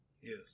Yes